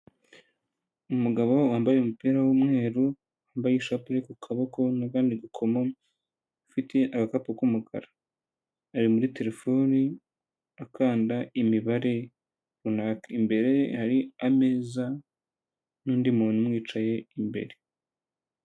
Umugabo wambaye umupira w'umweru, wambaye ishapure ku kaboko n'agakoma, ufite agakapu k'umukara ari muri terefoni akanda imibare runaka, imbere ye hari ameza n'undi muntu wicaye imbere.